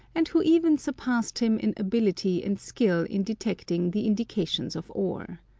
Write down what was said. and who even surpassed him in ability and skill in detecting the indications of ore.